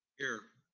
here.